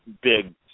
big